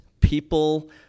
people